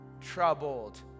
troubled